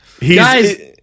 Guys